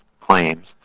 claims